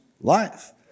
life